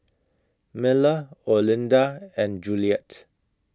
Miller Olinda and Juliette